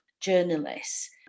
journalists